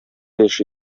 яши